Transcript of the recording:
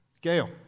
Gail